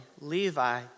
Levi